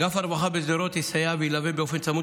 אגף הרווחה בשדרות יסייע וילווה באופן צמוד